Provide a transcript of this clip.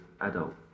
adult